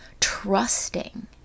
trusting